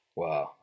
wow